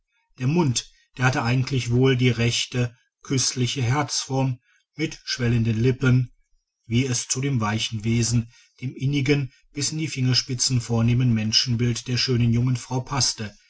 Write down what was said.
der mund der hatte eigentlich wohl die rechte kußliche herzform mit schwellenden lippen wie es zu dem weichen wesen dem innigen bis in die fingerspitzen vornehmen menschenbild der schönen jungen frau paßte